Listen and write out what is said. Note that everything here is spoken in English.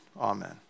Amen